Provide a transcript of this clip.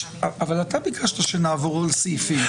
אבל אתה ביקשת שנעבור על סעיפים.